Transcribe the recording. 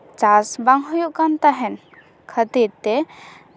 ᱪᱟᱥ ᱵᱟᱝ ᱦᱩᱭᱩᱜ ᱠᱟᱱ ᱛᱟᱦᱮᱱ ᱠᱷᱟᱹᱛᱤᱨ ᱛᱮ